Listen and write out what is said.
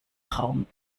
raum